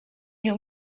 you